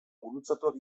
gurutzatuak